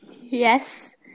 Yes